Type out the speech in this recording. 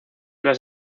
las